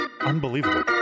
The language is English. Unbelievable